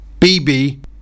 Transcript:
BB